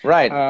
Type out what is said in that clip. Right